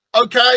okay